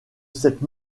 cette